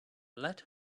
let